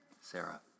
Sarah